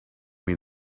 mean